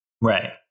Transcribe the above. Right